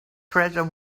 treasure